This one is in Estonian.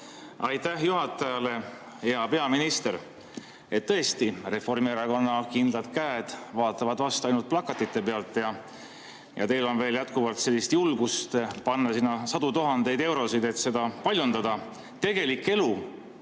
Aitäh juhatajale! Hea peaminister! Tõesti, Reformierakonna kindlad käed vaatavad vastu ainult plakatite pealt ja teil on veel jätkuvalt julgust panna sadu tuhandeid eurosid sellesse, et neid paljundada. Tegelik elu